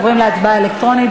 עוברים להצבעה אלקטרונית.